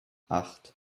acht